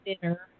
dinner